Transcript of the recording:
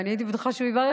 והייתי בטוחה שהוא יברך,